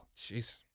Jeez